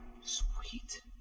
Sweet